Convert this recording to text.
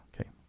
Okay